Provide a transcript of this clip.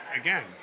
again